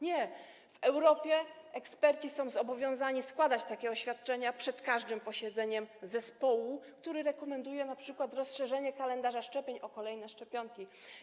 Nie, w Europie eksperci są zobowiązani składać takie oświadczenia przed każdym posiedzeniem zespołu, który rekomenduje np. rozszerzenie kalendarza szczepień o kolejne szczepionki.